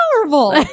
powerful